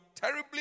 terribly